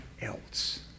else